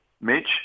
Mitch